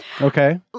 Okay